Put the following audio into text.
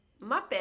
Muppet